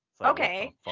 Okay